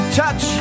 touch